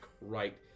right